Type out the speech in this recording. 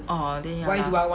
oh then ya lah